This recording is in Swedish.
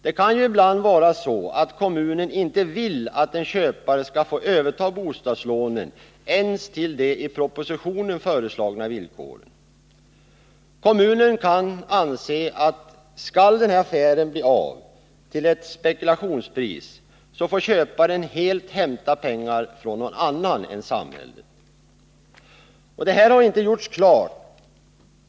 Det kan ibland vara så att kommunen inte vill att en köpare skall få överta bostadslånen ens på de i propositionen föreslagna villkoren. Kommunen kan anse att skall den här affären bli av till ett spekulationspris så får köparen helt hämta pengarna från någon annan än samhället. Det har inte, som jag ser det.